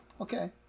Okay